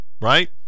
right